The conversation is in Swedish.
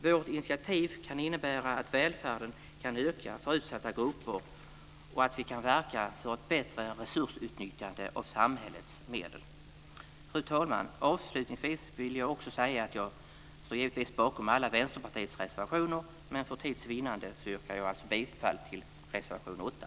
Vårt initiativ kan innebära att välfärden kan öka för utsatta grupper och att vi kan verka för ett bättre resursutnyttjande av samhällets medel. Fru talman! Avslutningsvis vill jag säga att jag givetvis står bakom alla Vänsterpartiets reservationer men att jag för tids vinnande yrkar bifall till reservation 8.